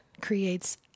creates